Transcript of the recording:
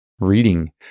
reading